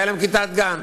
הייתה להם כיתת גן.